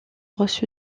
reçu